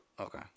Okay